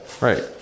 Right